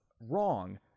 wrong